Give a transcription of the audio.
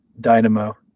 dynamo